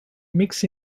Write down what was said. mix